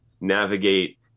navigate